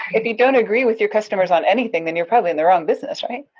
if you don't agree with your customers on anything, then you're probably in the wrong business, right?